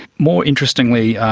more interestingly,